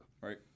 right